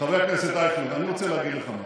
חבר הכנסת אייכלר, אני רוצה להגיד לך משהו.